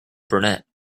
brunette